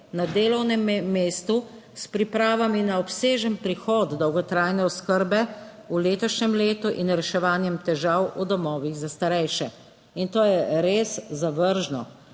na delovnem mestu s pripravami na obsežen prihod dolgotrajne oskrbe v letošnjem letu in reševanjem težav v domovih za starejše. In to je res zavržno,